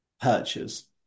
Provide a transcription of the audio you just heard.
purchase